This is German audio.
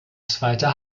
zweite